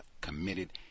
committed